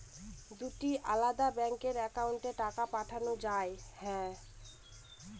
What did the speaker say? দুটি আলাদা ব্যাংকে অ্যাকাউন্টের টাকা পাঠানো য়ায়?